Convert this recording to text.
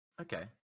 Okay